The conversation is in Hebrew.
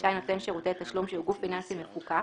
שרשאי נותן שרותי תשלום שהוא גוף פיננסי מפוקח